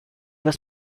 was